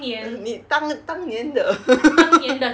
err 你当当年的